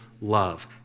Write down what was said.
love